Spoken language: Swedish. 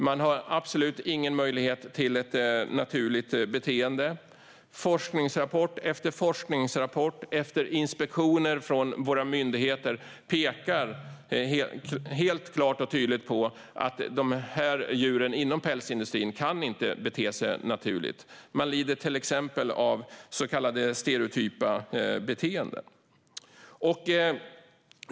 De har absolut ingen möjlighet till ett naturligt beteende. Forskningsrapport efter forskningsrapport efter inspektioner från våra myndigheter pekar klart och tydligt på att djuren inom pälsindustrin inte har möjlighet att bete sig naturligt. De lider till exempel av så kallade stereotypa beteenden.